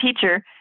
teacher